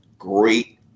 Great